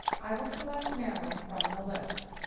i will select maryland from the list.